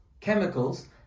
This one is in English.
chemicals